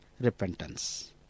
repentance